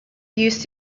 used